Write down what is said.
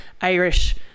Irish